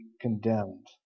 condemned